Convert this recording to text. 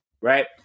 right